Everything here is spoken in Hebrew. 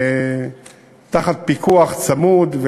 תחת פיקוח צמוד.